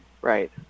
Right